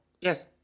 Yes